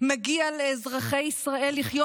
מגיע להם ללכת